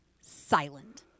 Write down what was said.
silent